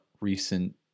recent